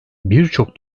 birçok